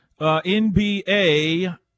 NBA